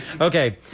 Okay